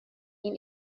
این